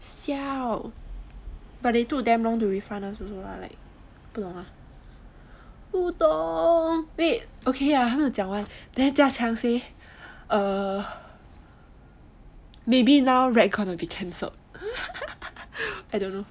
siao but they took quite long to refund us also lah like 不懂 lah 不懂 okay wait 还没有讲完 then jia qiang say maybe now rag going to be cancelled !huh! I don't know